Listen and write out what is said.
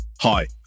Hi